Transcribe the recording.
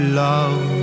love